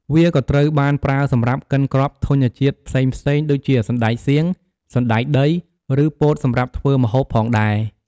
វាក៏ត្រូវបានប្រើសម្រាប់កិនគ្រាប់ធញ្ញជាតិផ្សេងៗដូចជាសណ្ដែកសៀង សណ្ដែកដី ឬពោតសម្រាប់ធ្វើម្ហូបផងដែរ។